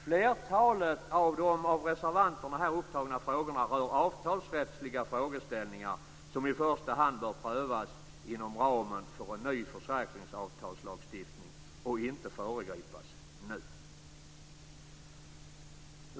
Flertalet av de av reservanterna här upptagna frågorna rör avtalsrättsliga frågeställningar som i första hand bör prövas inom ramen för en ny försäkringsavtalslagstiftning och inte föregripas nu.